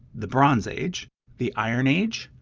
the bronze age, the iron age,